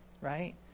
right